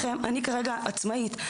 כרגע עצמאית,